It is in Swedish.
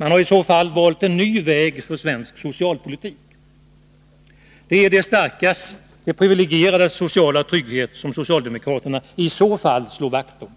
Man har i så fall valt en ny väg för 147 svensk socialpolitik. Det är de starkas och de privilegierades sociala trygghet som socialdemokraterna i så fall slår vakt om.